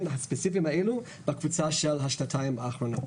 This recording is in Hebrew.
הספציפיים הללו בקבוצה של השנתיים האחרונות.